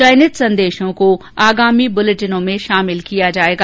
चयनित संदेशों को आगामी बुलेटिनों में शामिल किया जाएगा